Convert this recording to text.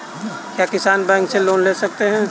क्या किसान बैंक से लोन ले सकते हैं?